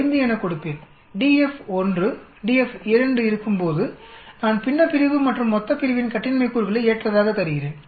05 எனக் கொடுப்பேன் df 1 df 2 இருக்கும்போதுநான் பின்னப்பிரிவு மற்றும் மொத்தப்பிரிவின் கட்டின்மை கூறுகளை ஏற்றதாக தருகிறேன்